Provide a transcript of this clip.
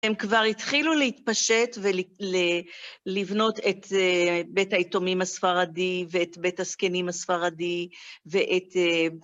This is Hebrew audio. הם כבר התחילו להתפשט, ולבנות את בית היתומים הספרדי ואת בית הזקנים הספרדי ואת...